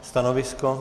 Stanovisko?